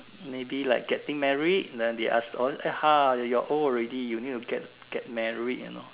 maybe like getting married then they ask all !huh! you're old already you need to get get married you know